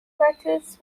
practice